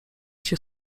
się